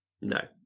No